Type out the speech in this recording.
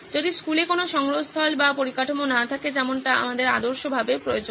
যদি স্কুলে কোনো সংগ্রহস্থল বা পরিকাঠামো না থাকে যেমনটি আমাদের আদর্শভাবে প্রয়োজন